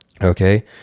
Okay